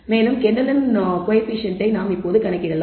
மேலும் கெண்டலின் கோயபிசியன்ட்டை நாம் கணக்கிடலாம்